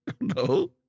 No